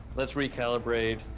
let's recalibrate.